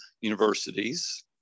Universities